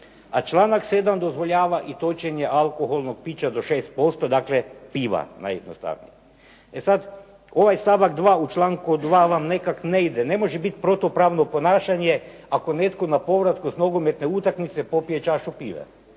a članak 7. dozvoljava i točenje alkoholnog pića do 6%, dakle piva najjednostavnije. E sad, ovaj stavak 2. u članku 2. vam nekako ne ide. Ne može biti protupravno ponašanje ako netko na povratku s nogometne utakmice popije čašu pive